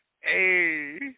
hey